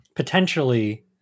Potentially